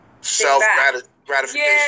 Self-gratification